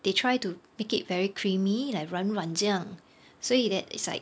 they try to make it very creamy like 软软这样所以 that it's like